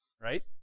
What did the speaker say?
right